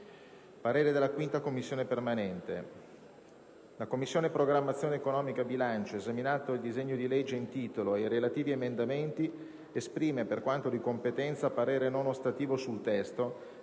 come possibilità e non come obbligo». «La Commissione programmazione economica, bilancio, esaminato il disegno di legge in titolo ed i relativi emendamenti, esprime, per quanto di competenza, parere non ostativo sul testo